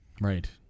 Right